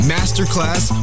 Masterclass